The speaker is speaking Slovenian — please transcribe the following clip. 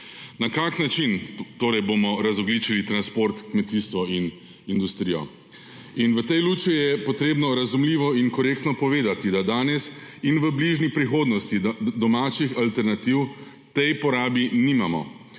Na kakšen način torej bomo razogljičili transport, kmetijstvo in industrijo? In v tej luči je treba razumljivo in korektno povedati, da danes in v bližnji prihodnosti domačih alternativ tej porabi nimamo.